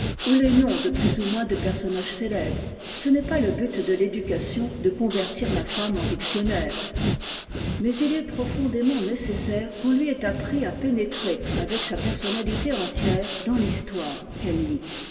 ou les noms de plus ou moins de personnages célèbres ce n'est pas le but de l'éducation de convertir la femme en dictionnaire mais il est profondément nécessaire qu'on lui ait appris à pénétrer avec sa personnalité entière dans l'histoire qu'elle lit